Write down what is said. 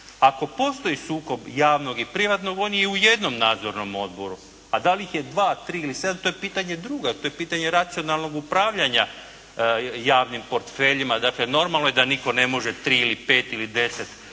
Ako postoji sukob javnog i privatnog, on je u jednom nadzornom odboru, a da li ih je 2, 3 ili 7 to je pitanje drugog, to je pitanje racionalnog upravljanja javnim portfeljima. Dakle, normalno je da nitko ne može 3 ili 5 ili 10